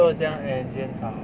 豆浆 and 仙草